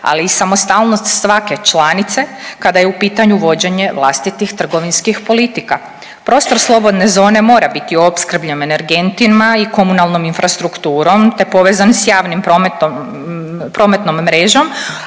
ali i samostalnost svake članice kada je u pitanju vođenje vlastitih trgovinskih politika. Prostor slobodne zone mora biti opskrbljen energentima i komunalnom infrastrukturom te povezan s javnim prometom,